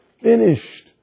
finished